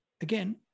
again